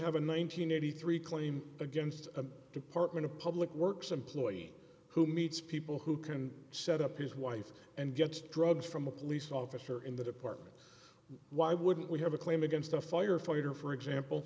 and eighty three claim against a department of public works employee who meets people who can set up his wife and get drugs from a police officer in the department why wouldn't we have a claim against a firefighter for example